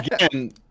again